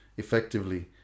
effectively